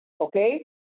okay